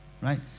right